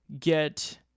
get